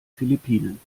philippinen